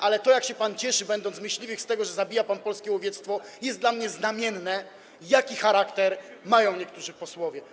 Ale to, jak się pan cieszy, będąc myśliwym, z tego, że zabija pan polskie łowiectwo, jest dla mnie znamienne: widać, jaki charakter mają niektórzy posłowie.